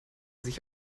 sich